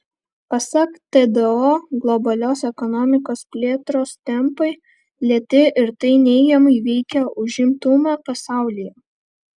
pasak tdo globalios ekonomikos plėtros tempai lėti ir tai neigiamai veikia užimtumą pasaulyje